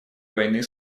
войны